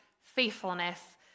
faithfulness